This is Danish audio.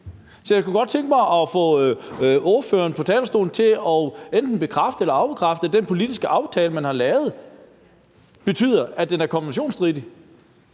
Så jeg kunne godt tænke mig at få ordføreren på talerstolen til enten at bekræfte eller afkræfte, at det i forhold til den politiske aftale, man har lavet, betyder, at det er konventionsstridigt.